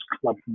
club